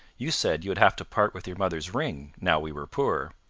you said you would have to part with your mother's ring, now we were poor.